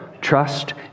trust